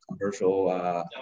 commercial